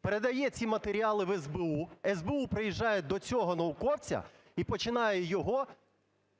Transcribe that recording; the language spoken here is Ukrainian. передає ці матеріали в СБУ, СБУ приїжджає до цього науковця і починає його